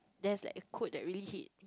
there's like a quote that really hit